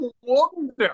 wonder